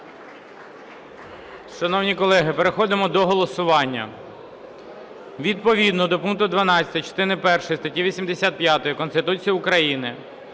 Шановні колеги, переходимо до голосування. Відповідно до пункту 12 частини першої статті 85 Конституції України,